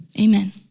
Amen